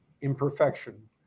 imperfection